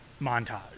montage